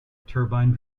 turbine